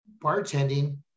bartending